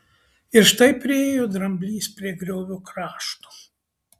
ir štai priėjo dramblys prie griovio krašto